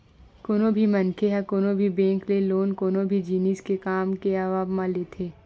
कोनो भी मनखे ह कोनो भी बेंक ले लोन कोनो भी जिनिस के काम के आवब म लेथे